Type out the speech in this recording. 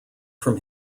from